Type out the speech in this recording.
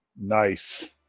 Nice